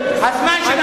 הזמן של,